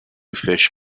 fish